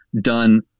done